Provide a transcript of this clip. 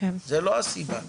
זו לא הסיבה.